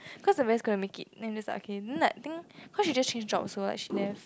cause the rest couldn't make it then it's just like okay then like I think cause she just changed job so like she left